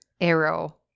arrow